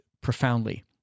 profoundly